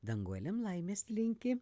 danguolėm laimės linki